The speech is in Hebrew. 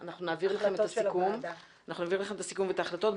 אנחנו נעביר אליכם את הסיכום ואת ההחלטות.